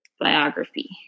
biography